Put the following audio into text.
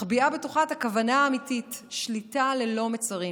מחביאה בתוכה את הכוונה האמיתית, שליטה ללא מצרים,